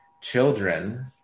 children